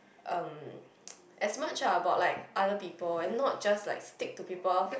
um as much ah about like other people and not just like stick to people